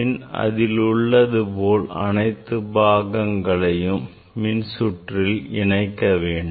பின் அதில் உள்ளது போல் அனைத்து பாகங்களையும் மின்சுற்றில் இணைக்க வேண்டும்